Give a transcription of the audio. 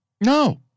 No